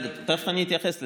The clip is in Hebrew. רגע, תכף אני אתייחס לזה.